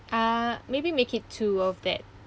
uh maybe make it two of that